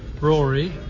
Rory